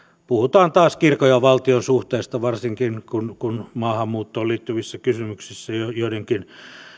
puhutaan taas kirkon ja valtion suhteesta varsinkin kun kun maahanmuuttoon liittyvissä kysymyksissä joidenkin